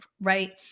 right